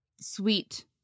sweet